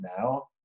now